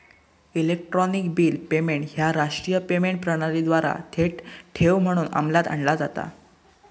electronic bill payment ह्या राष्ट्रीय payment प्रणालीद्वारा थेट ठेव म्हणून अंमलात आणला जाता